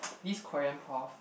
this Korean prof